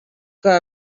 que